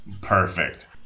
perfect